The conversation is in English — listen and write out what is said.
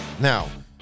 Now